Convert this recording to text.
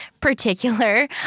particular